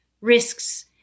risks